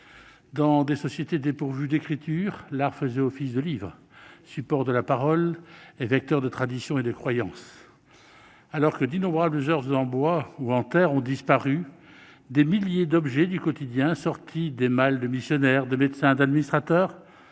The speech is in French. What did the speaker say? Dans des sociétés dépourvues d'écriture, l'art faisait office de livre, support de la parole et vecteur de traditions et de croyances. Alors que d'innombrables oeuvres en bois ou en terre ont disparu, des milliers d'objets du quotidien sortis des malles de missionnaires, de médecins ou d'administrateurs